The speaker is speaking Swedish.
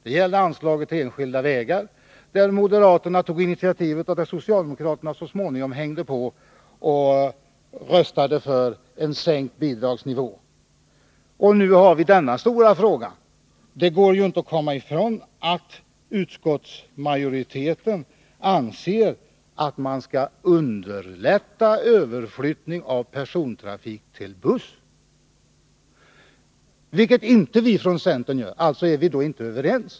Det gäller anslaget till enskilda vägar, där moderaterna tog initiativet och där socialdemokraterna så småningom hängde på och röstade för en sänkning av bidragsnivån. Nu har vi den stora fråga som vi i dag diskuterar. Det går ju inte att komma ifrån att utskottsmajoriteten anser att man skall underlätta överflyttning av persontrafik till buss, vilket vi från centern inte förespråkar. Alltså är vi inte överens.